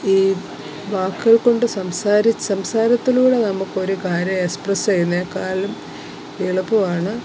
ഈ വാക്കുകൾ കൊണ്ട് സംസാര സംസാരത്തിലൂടെ നമുക്കൊരു കാര്യം എക്സ്പ്രസ്സ് ചെയ്യുന്നതിനെക്കാളിലും എളുപ്പമാണ്